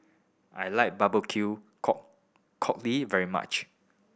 I like barbecue cockle very much